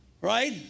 Right